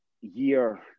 year